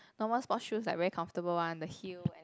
normal sports shoes like very comfortable one the heel and